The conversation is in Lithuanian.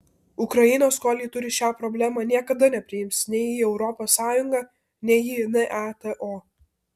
ukrainos kol ji turi šią problemą niekada nepriims nei į europos sąjungą nei į nato